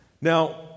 Now